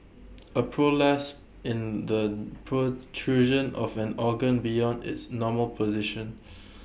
A prolapse in the protrusion of an organ beyond its normal position